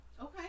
Okay